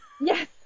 Yes